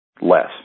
less